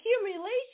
accumulation